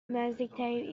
نزدیکترین